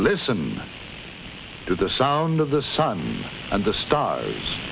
listen to the sound of the sun and the stars